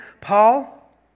Paul